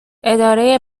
اداره